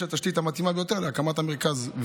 יש התשתית המתאימה ביותר להקמת המרכז,